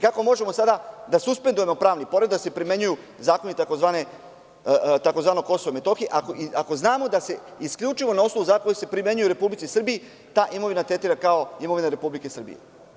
Kako možemo sada da suspendujemo pravni poredak tako da se primenjuju zakoni tzv. Kosova i Metohije, ako znamo da se isključivo na osnovu zakona koji se primenjuju u Republici Srbiji ta imovina tretira kao imovina Republike Srbije?